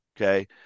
Okay